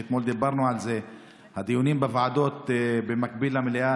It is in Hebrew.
ואתמול דיברנו על הדיונים בוועדות במקביל למליאה.